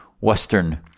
Western